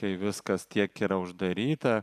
kai viskas tiek yra uždaryta